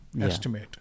estimate